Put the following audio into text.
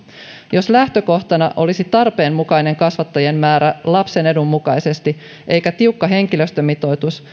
jos lähtökohtana olisi tarpeenmukainen kasvattajien määrä lapsen edun mukaisesti eikä tiukka henkilöstömitoitus